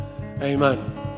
Amen